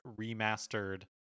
remastered